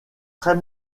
très